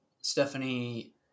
Stephanie